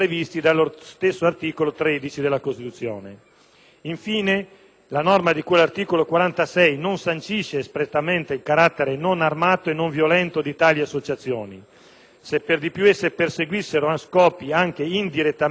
Infine, la norma di cui all'articolo 46 non sancisce espressamente il carattere non armato e non violento di tali associazioni. Se per di più esse perseguissero anche indirettamente scopi politici (il che non è escluso dalla norma)